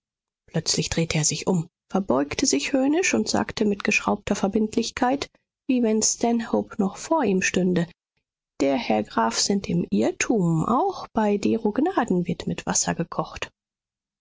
plötzlich drehte er sich um verbeugte sich höhnisch und sagte mit geschraubter verbindlichkeit wie wenn stanhope noch vor ihm stünde der herr graf sind im irrtum auch bei dero gnaden wird mit wasser gekocht